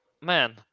man